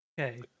Okay